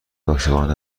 عاشقانه